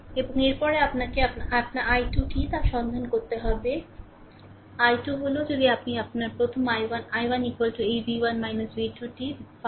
এবং এরপরে আপনাকে আপনার I2 কী তা সন্ধান করতে হবে i2 হল যদি আপনি আপনার প্রথম i1 i1 এইv1 v2 টি 5